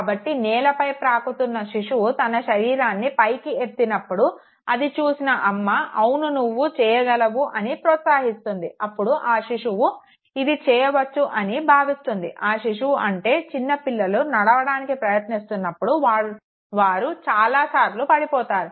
కాబట్టి నేలపై ప్రాకుతున్న శిశువు తన శరీరాన్ని పైకి ఎత్తినప్పుడు అది చూసిన అమ్మ అవును నువ్వు చేయగలవు అని ప్రోత్సాహిస్తుంది అప్పుడు ఆ శిశువు ఇది చేయవచ్చు అని భావిస్తుంది ఆ శిశువు అంటే చిన్న పిల్లలు నడవడానికి ప్రయత్నిస్తున్నప్పుడు వారు చాలా సార్లు పడిపోతారు